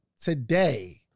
today